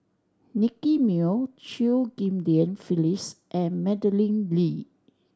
Nicky Moey Chew Ghim Lian Phyllis and Madeleine Lee